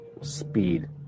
speed